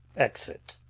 exit.